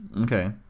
Okay